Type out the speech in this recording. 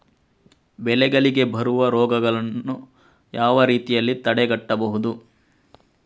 ಬೆಳೆಗಳಿಗೆ ಬರುವ ರೋಗಗಳನ್ನು ಯಾವ ರೀತಿಯಲ್ಲಿ ತಡೆಗಟ್ಟಬಹುದು?